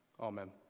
amen